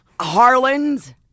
Harland